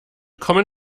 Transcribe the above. kommen